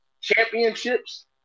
Championships